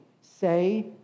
say